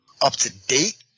up-to-date